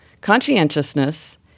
conscientiousness